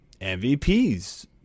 MVP's